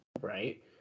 Right